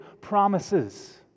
promises